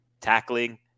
tackling